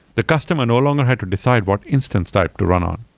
the customer no longer have to decide what instance type to run on.